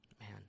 man